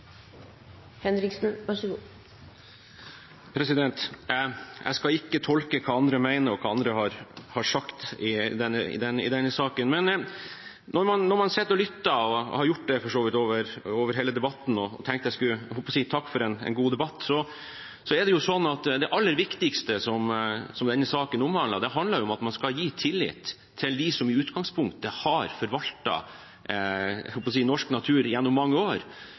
Jeg skal ikke tolke hva andre mener og har sagt i denne saken. Når man sitter og lytter – jeg har for så vidt gjort det gjennom hele debatten, og jeg tenkte jeg skulle takke for en god debatt – er det sånn at det aller viktigste som denne saken handler om, er at man skal gi tillit til dem som i utgangspunktet har forvaltet norsk natur gjennom mange år. Stortinget legger noen rammer – hvis man diskuterer konstitusjon – og så overlater vi til lokaldemokratiet å